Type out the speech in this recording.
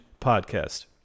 Podcast